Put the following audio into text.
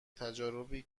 تجاربی